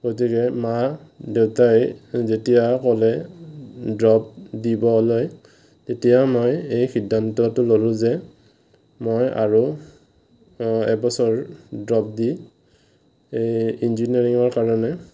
গতিকে মা দেউতাই যেতিয়া ক'লে ড্ৰপ দিবলৈ তেতিয়া মই এই সিদ্ধান্তটো ল'লোঁ যে মই আৰু এবছৰ ড্ৰপ দি এই ইঞ্জিনিয়াৰিংৰ কাৰণে